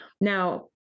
Now